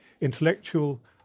intellectual